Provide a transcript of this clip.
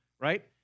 right